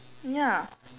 ya